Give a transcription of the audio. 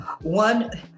One